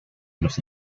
los